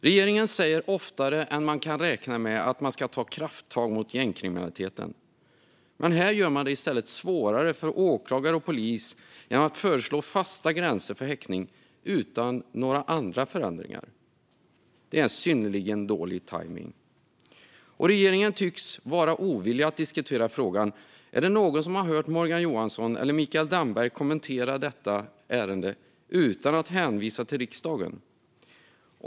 Regeringen säger oftare än vad man kan räkna att den ska ta krafttag mot gängkriminaliteten, men här gör regeringen det i stället svårare för åklagare och polis genom att föreslå fasta gränser för häktning utan några andra förändringar. Det är synnerligen dålig tajmning. Regeringen tycks vara ovillig att diskutera frågan. Är det någon som har hört Morgan Johansson eller Mikael Damberg kommentera detta ärende utan att hänvisa till riksdagen?